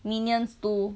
minions two